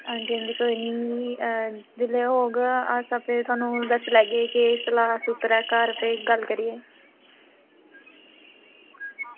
आं जी आं जी कोई निं जेल्लै आपूं होग अस तुसेंगी दस्सी लैगे उप्पर ऐ घर ते गल्ल करेओ